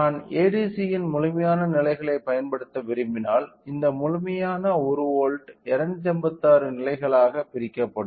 நான் ADCயின் முழுமையான நிலைகளைப் பயன்படுத்த விரும்பினால் இந்த முழுமையான 1 வோல்ட் 256 நிலைகளாகப் பிரிக்கப்படும்